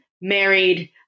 married